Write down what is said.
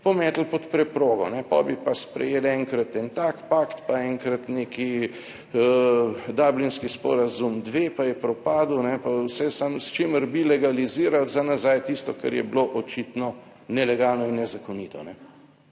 pometli pod preprogo, po bi pa sprejeli enkrat en tak pakt, pa enkrat neki Dublinski sporazum 2, pa je propadel, pa vse samo s čimer bi legalizirali za nazaj tisto, kar je bilo očitno nelegalno in nezakonito